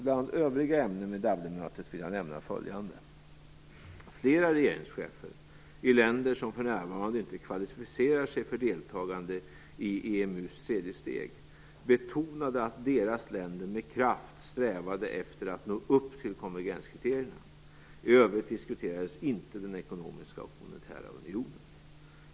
Bland övriga ämnen vid Dublinmötet vill jag nämna följande: Flera regeringschefer i länder som för närvarande inte kvalificerar sig för deltagande i EMU:s tredje steg betonade att deras länder med kraft strävade efter att nå upp till konvergenskriterierna. I övrigt diskuterades inte den ekonomiska och monetära unionen.